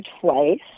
twice